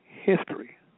history